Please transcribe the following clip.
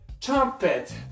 trumpet